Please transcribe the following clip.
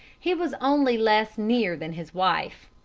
he was only less near than his wife.